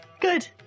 Good